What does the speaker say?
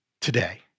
today